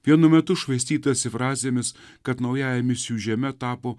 vienu metu švaistytasi frazėmis kad naujaja misijų žeme tapo